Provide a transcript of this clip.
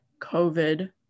COVID